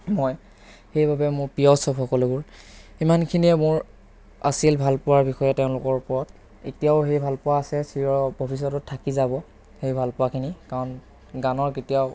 মই সেইবাবে মোৰ প্ৰিয় সব সকলোবোৰ ইমানখিনিয়ে মোৰ আছিল ভালপোৱাৰ বিষয়ে তেওঁলোকৰ ওপৰত এতিয়াও সেই ভালপোৱা আছে চিৰ ভৱিষ্যতত থাকি যাব সেই ভালপোৱাখিনি কাৰণ গানৰ কেতিয়াও